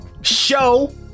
show